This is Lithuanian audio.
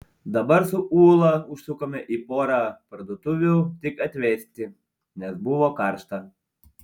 dabar su ūla užsukome į porą parduotuvių tik atvėsti nes buvo karšta